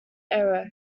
aero